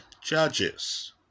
judges